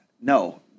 no